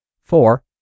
four